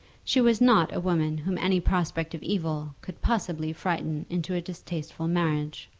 she was not a woman whom any prospect of evil could possibly frighten into a distasteful marriage.